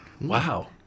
Wow